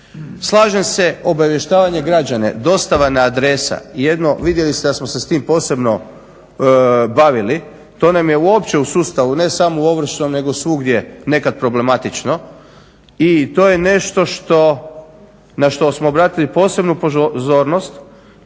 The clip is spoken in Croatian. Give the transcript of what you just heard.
Slažem se obavještavanje građana, dostava na adresu, vidjeli ste da smo se s tim posebno bavili, to nam je u opće u sustavu ne samo u ovršnom nego svugdje nekad problematično i to je na što smo obratili posebnu pozornost.